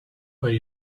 where